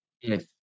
Yes